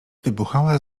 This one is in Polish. wybuchała